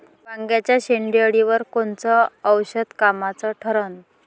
वांग्याच्या शेंडेअळीवर कोनचं औषध कामाचं ठरन?